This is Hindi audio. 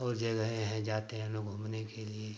और जगहें हैं जाते हैं लोग घूमने के लिए